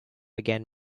again